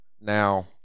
now